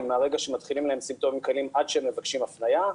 מרגע שמתחילים להם סימפטומים קלים עד שהם מבקשים הפניה,